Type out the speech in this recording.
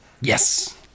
Yes